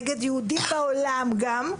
נגד יהודים בעולם גם,